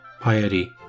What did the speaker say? piety